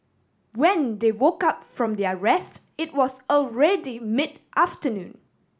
when they woke up from their rest it was already mid afternoon